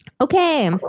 Okay